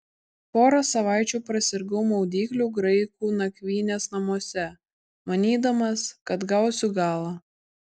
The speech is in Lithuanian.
porą savaičių prasirgau maudyklių graikų nakvynės namuose manydamas kad gausiu galą